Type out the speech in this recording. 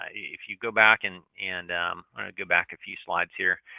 ah if you go back and and um go back a few slides here.